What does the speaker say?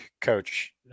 Coach